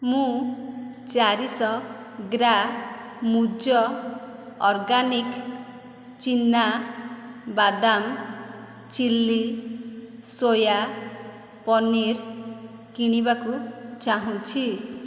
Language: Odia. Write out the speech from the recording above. ମୁଁ ଚାରି ଶହ ଗ୍ରା ମୂଜ୍ ଅର୍ଗାନିକ୍ ଚିନା ବାଦାମ ଚିଲ୍ଲି ସୋୟା ପନିର୍ କିଣିବାକୁ ଚାହୁଁଛି